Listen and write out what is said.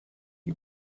you